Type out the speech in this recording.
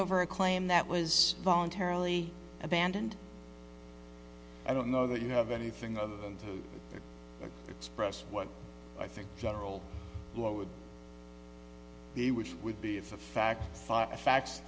over a claim that was voluntarily abandoned i don't know that you have anything other than to express what i think general flow of the which would be if the facts of facts